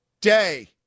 day